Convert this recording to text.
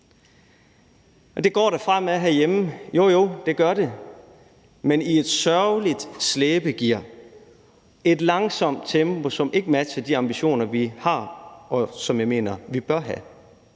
Det går da fremad herhjemme. Jo, jo, det gør det, men i et sørgeligt slæbegear, i et langsomt tempo, som ikke matcher de ambitioner, vi har, og som jeg mener vi bør have.